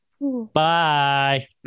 Bye